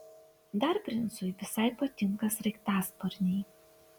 dar princui visai patinka sraigtasparniai